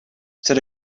said